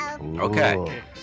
Okay